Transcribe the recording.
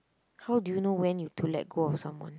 how do you know when you to let go of someone